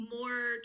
more